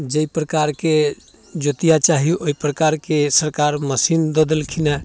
जाहि प्रकारके जोतिआ चाही ओहि प्रकारके सरकार मशीन दऽ देलखिन हँ